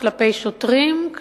כלפי שוטרים,